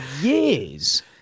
years